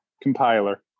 Compiler